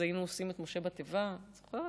אז היינו עושים את משה בתיבה את יודעת,